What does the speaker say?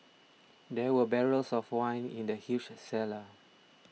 there were barrels of wine in the huge cellar